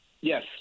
Yes